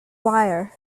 wire